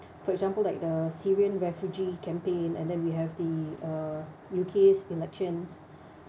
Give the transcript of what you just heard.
for example like the syrian refugee campaign and then we have the uh U_K's elections